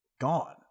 gone